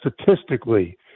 statistically